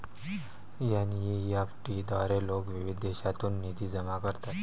NEFT द्वारे लोक विविध देशांतून निधी जमा करतात